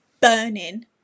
burning